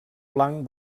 blanc